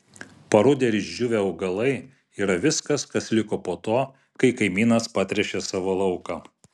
parudę ir išdžiūvę augalai yra viskas kas liko po to kai kaimynas patręšė savo lauką